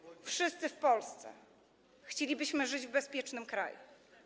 Wszyscy w Polsce chcielibyśmy żyć w bezpiecznym kraju.